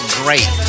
great